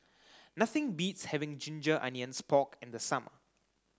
nothing beats having ginger onions pork in the summer